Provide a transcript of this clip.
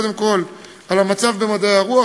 קודם כול על המצב במדעי הרוח.